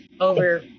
over